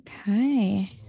Okay